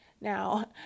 Now